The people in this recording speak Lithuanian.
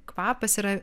kvapas yra